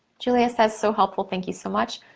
julia says, so helpful, thank you so much.